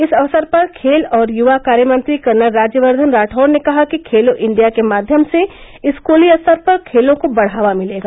इस अक्सर पर खेल और युवा कार्य मंत्री कर्नल राज्यवर्द्वन राठौड़ ने कहा कि खेलो इंडिया के माध्यम से स्कूली स्तर पर खेलों को बढ़ावा मिलेगा